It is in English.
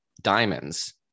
diamonds